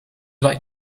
like